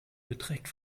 beträgt